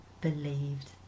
believed